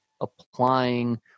applying